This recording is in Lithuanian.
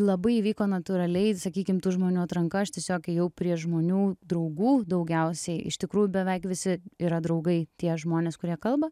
labai įvyko natūraliai sakykim tų žmonių atranka aš tiesiog ėjau prie žmonių draugų daugiausiai iš tikrųjų beveik visi yra draugai tie žmonės kurie kalba